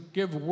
give